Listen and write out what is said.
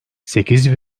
sekiz